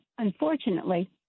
unfortunately